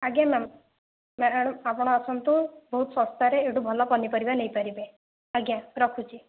ଆଜ୍ଞା ma'am madam ଆପଣ ଆସନ୍ତୁ ବହୁତ୍ ଶସ୍ତାରେ ଏଇଠୁ ଭଲ ପନିପରିବା ନେଇ ପାରିବେ ଆଜ୍ଞା ରଖୁଛି